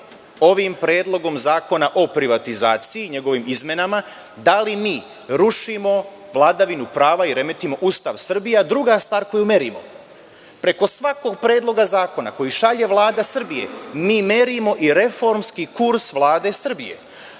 ovim predlogom Zakona o privatizaciji, njegovim izmenama, da li mi rušimo vladavinu prava i remetimo Ustav Srbije, a druga stvar koju merimo, preko svakog predloga zakona koji šalje Vlada Srbije mi merimo i reformski kurs Vlade Srbije.